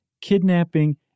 kidnapping